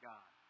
God